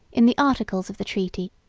in the articles of the treaty,